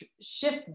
shift